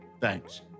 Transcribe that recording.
Thanks